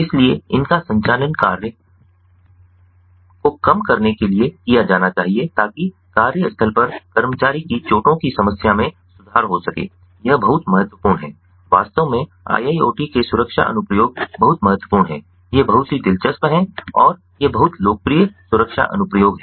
इसलिए इनका संचालन कार्य को कम करने के लिए किया जाना चाहिए ताकि कार्यस्थल पर कर्मचारी की चोटों की समस्या में सुधार हो सके यह बहुत महत्वपूर्ण है वास्तव में IIoT के सुरक्षा अनुप्रयोग बहुत महत्वपूर्ण हैं ये बहुत ही दिलचस्प हैं और ये बहुत लोकप्रिय सुरक्षा अनुप्रयोग हैं